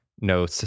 no